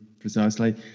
precisely